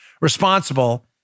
responsible